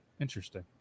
Interesting